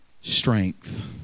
Strength